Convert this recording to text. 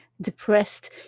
depressed